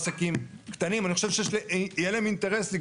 אני יכול לפרט אותם.